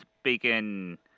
speaking